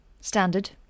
Standard